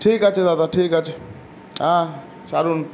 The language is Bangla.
ঠিক আছে দাদা ঠিক আছে হ্যাঁ ছারুন